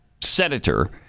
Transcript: senator